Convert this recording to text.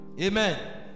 Amen